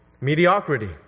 mediocrity